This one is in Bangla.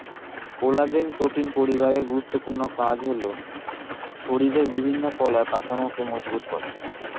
কোলাজেন প্রোটিন পরিবারের গুরুত্বপূর্ণ কাজ হলো শরীরের বিভিন্ন কলার কাঠামোকে মজবুত করা